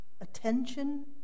attention